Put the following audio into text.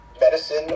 medicine